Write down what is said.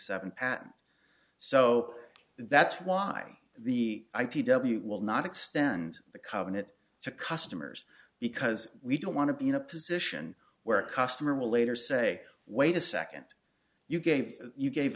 patent so that's why the i p w will not extend the covenant to customers because we don't want to be in a position where a customer will later say wait a second you gave you gave